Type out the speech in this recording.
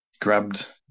Grabbed